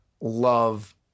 love